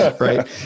right